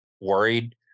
worried